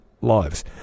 lives